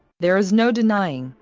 there is no denying,